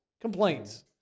Complaints